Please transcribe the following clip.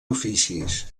oficis